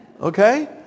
Okay